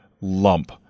lump